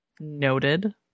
noted